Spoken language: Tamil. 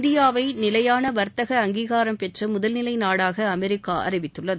இந்தியாவை நிலையான வர்த்தக அங்கீகாரம் பெற்ற முதல்நிலை நாடாக அமெரிக்கா அறிவித்துள்ளது